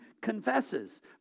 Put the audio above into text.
confesses